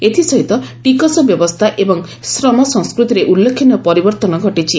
ଏଥିସହିତ ଟିକସ ବ୍ୟବସ୍ଥା ଏବଂ ଶ୍ରମସଂସ୍କୃତିରେ ଉଲ୍ଲେଖନୀୟ ପରିବର୍ତ୍ତନ ଘଟିଛି